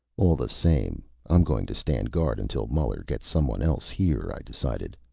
all the same, i'm going to stand guard until muller gets someone else here, i decided.